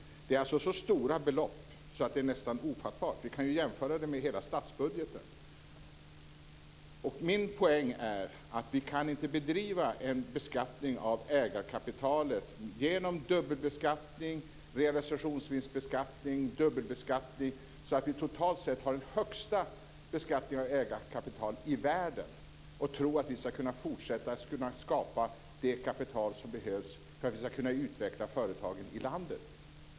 Det är så stora belopp att det är nästan ofattbart. Vi kan jämföra det med hela statsbudgeten. Min poäng är att vi inte kan bedriva en beskattning av ägarkapitalet som genom dubbelbeskattning och realisationsvinstbeskattning gör att vi totalt sett har den högsta beskattningen av ägarkapital i världen och tro att vi ska kunna skapa det kapital som behövs för att vi ska kunna utveckla företagen i landet.